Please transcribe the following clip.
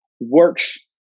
works